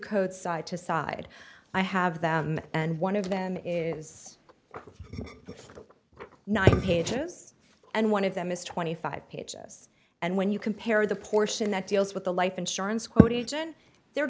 code side to side i have them and one of them is nine pages and one of them is twenty five pages and when you compare the portion that deals with the life insurance quot